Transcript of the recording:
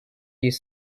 you